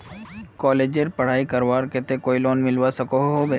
कॉलेजेर पढ़ाई करवार केते कोई लोन मिलवा सकोहो होबे?